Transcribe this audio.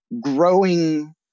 growing